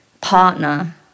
partner